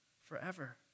forever